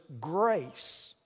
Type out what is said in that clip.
grace